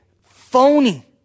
phony